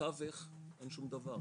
בטווח אין שום דבר,